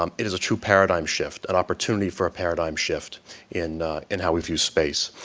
um it is a true paradigm shift, an opportunity for a paradigm shift in in how we view space.